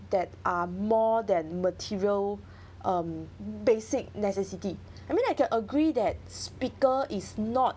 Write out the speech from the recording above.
that are more than material um basic necessity I mean I can agree that speaker is not